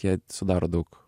jie sudaro daug